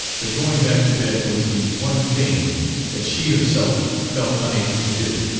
but going back to bed was the one thing that she herself felt unable to do.